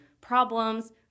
problems